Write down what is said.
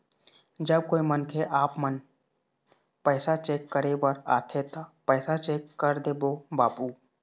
जब कोई मनखे आपमन पैसा चेक करे बर आथे ता पैसा चेक कर देबो बाबू?